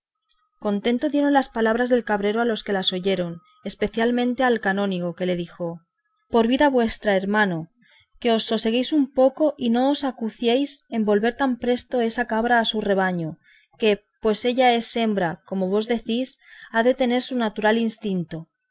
contento dieron las palabras del cabrero a los que las oyeron especialmente al canónigo que le dijo por vida vuestra hermano que os soseguéis un poco y no os acuciéis en volver tan presto esa cabra a su rebaño que pues ella es hembra como vos decís ha de seguir su natural distinto